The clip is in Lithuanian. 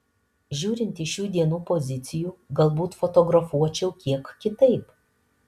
žiūrint iš šių dienų pozicijų galbūt fotografuočiau kiek kitaip